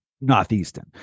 Northeastern